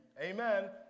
Amen